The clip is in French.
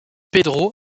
pedro